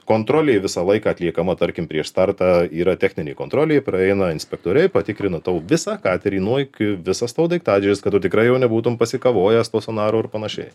kontrolei visą laiką atliekama tarkim prieš startą yra techninė kontrolė praeina inspektoriai patikrina tau visą katerį nuo iki visas tavo daiktadėžes kad tu tikrai jo nebūtum pasikavojęs po sonarų ir panašiai